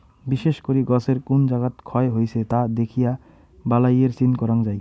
বিশেষ করি গছের কুন জাগাত ক্ষয় হইছে তা দ্যাখিয়া বালাইয়ের চিন করাং যাই